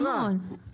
למימון